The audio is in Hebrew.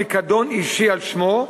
פיקדון אישי על שמו,